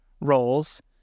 roles